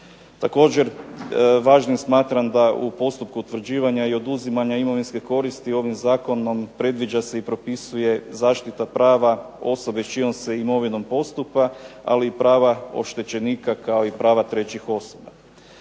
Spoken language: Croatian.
Također važno smatramo da u postupku utvrđivanja i oduzimanja imovinske koriste ovim zakonom predviđa se i propisuje zaštita prava osobe s čijom se imovinom postupa, ali i prava oštećenika kao i prava trećih osoba.